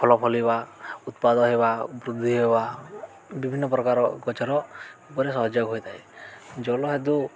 ଫଳ ଫଳିବା ଉତ୍ପାଦ ହେବା ବୃଦ୍ଧି ହେବା ବିଭିନ୍ନ ପ୍ରକାର ଗଛର ଉପରେ ସହଯୋଗ ହୋଇଥାଏ ଜଳ ହେତୁ